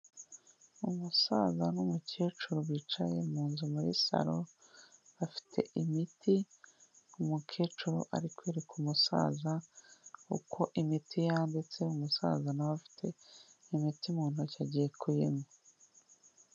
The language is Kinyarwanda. Umusaza n'umukecuru bicaye mu nzu muri salo bafite imiti, umukecuru ari kwereka umusaza uko imiti yanditse, umusaza nawe afite imiti mu ntoki agiye kuyinywa.